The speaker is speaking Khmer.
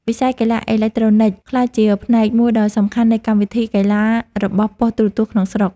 វិស័យកីឡាអេឡិចត្រូនិកបានក្លាយជាផ្នែកមួយដ៏សំខាន់នៃកម្មវិធីកីឡារបស់ប៉ុស្តិ៍ទូរទស្សន៍ក្នុងស្រុក។